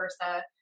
versa